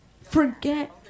forget